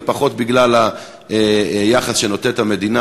ופחות מהיחס שנותנת המדינה.